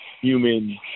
human